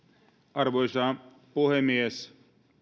arvoisa puhemies